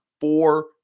Four